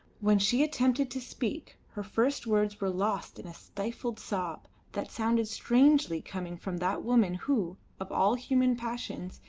when she attempted to speak her first words were lost in a stifled sob that sounded strangely coming from that woman who, of all human passions,